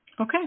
Okay